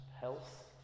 health